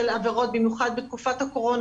במיוחד בתקופת הקורונה,